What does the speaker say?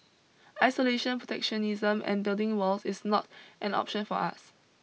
isolation protectionism and building walls is not an option for us